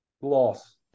Loss